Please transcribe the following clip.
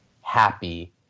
happy